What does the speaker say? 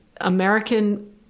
American